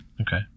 Okay